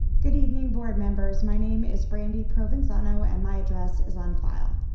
good evening board members, my name is brandi provenzano and my address is on file.